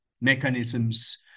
mechanisms